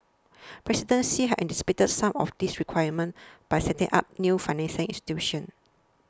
President Xi has anticipated some of these requirements by setting up new financing institutions